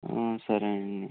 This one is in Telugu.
సరే అండి